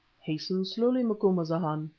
hasten slowly, macumazahn.